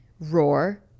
Roar